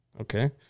Okay